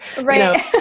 Right